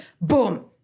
boom